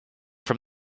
from